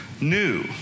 new